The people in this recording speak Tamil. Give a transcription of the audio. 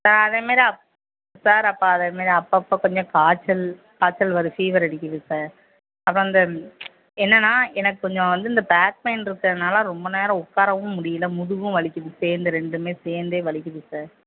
ஆ அதே மாரி அப் சார் அப்போ அதே மாரி அப்பப்போ கொஞ்சம் காய்ச்சல் காய்ச்சல் வருது ஃபீவர் அடிக்கிது சார் அப்புறம் அந்த என்னென்னால் எனக்கு கொஞ்சம் வந்து இந்த பேக் பெய்ன் இருக்கிறனால ரொம்ப நேரம் உட்கராவும் முடியலை முதுகும் வலிக்குது சேர்ந்து ரெண்டுமே சேர்ந்தே வலிக்குது சார்